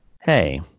Hey